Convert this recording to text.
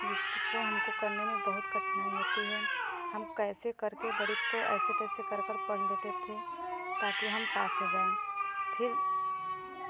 जिसको हमको करने में बहुत कठिनाई होती है हम कैसे करके गणित को ऐसे तैसे कर कर पढ़ लेते थे ताकि हम पास हो जाएँ फिर